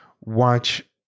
watch